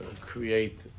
create